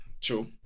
true